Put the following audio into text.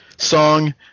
song